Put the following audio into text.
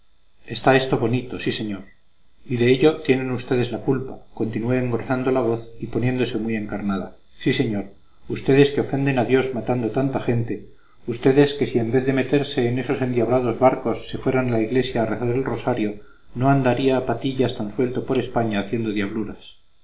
está esto bonito sí señor y de ello tienen ustedes la culpa continuó engrosando la voz y poniéndose muy encarnada sí señor ustedes que ofenden a dios matando tanta gente ustedes que si en vez de meterse en esos endiablados barcos se fueran a la iglesia a rezar el rosario no andaría patillas tan suelto por españa haciendo diabluras